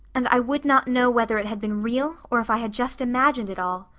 and i would not know whether it had been real or if i had just imagined it all.